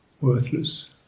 Worthless